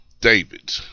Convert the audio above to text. David